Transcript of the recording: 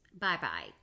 bye-bye